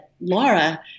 Laura